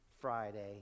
Friday